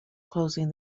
closing